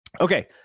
Okay